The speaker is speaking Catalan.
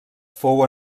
fou